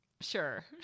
Sure